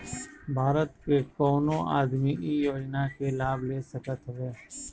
भारत के कवनो आदमी इ योजना के लाभ ले सकत हवे